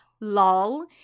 lol